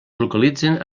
localitzen